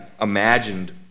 imagined